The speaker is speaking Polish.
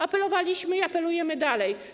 Apelowaliśmy i apelujemy dalej.